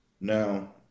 now